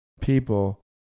people